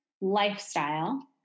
lifestyle